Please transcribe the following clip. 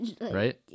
Right